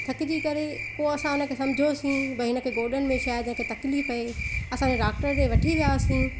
थकिजी करे पोइ असां हुन खे सम्झायोंसीं बई हिन खे गोॾनि में शाइदि हिक तकलीफ़ आहे असांजे डॉक्टर ॾिए वठी विया हुआसीं